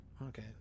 Okay